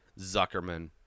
Zuckerman